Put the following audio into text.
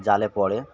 জালে পড়ে